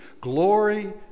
Glory